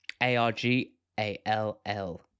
A-R-G-A-L-L